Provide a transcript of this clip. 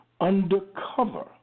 undercover